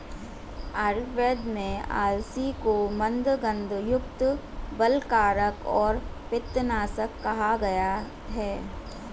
आयुर्वेद में अलसी को मन्दगंधयुक्त, बलकारक और पित्तनाशक कहा गया है